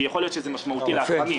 כי יכול להיות שזה משמעותי לעסקים.